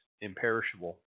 imperishable